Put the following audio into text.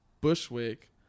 bushwick